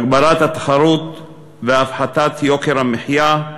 הגברת התחרות והפחתת יוקר המחיה,